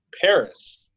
Paris